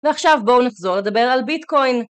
ועכשיו בואו נחזור לדבר על ביטקוין